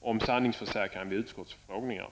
nämligen sanningsförsäkran vid utskottsutfrågningar.